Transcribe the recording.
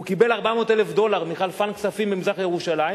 הוא קיבל 400,000 דולר מחלפן כספים ממזרח-ירושלים,